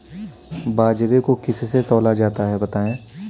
बाजरे को किससे तौला जाता है बताएँ?